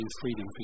freedom